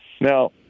Now